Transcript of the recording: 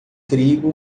trigo